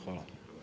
Hvala.